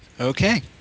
Okay